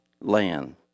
land